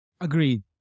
Agreed